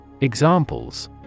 Examples